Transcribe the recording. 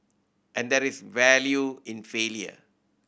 and there is value in failure